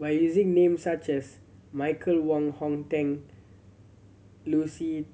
by using names such as Michael Wong Hong Teng Lucy